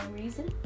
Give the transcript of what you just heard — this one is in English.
reason